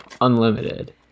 unlimited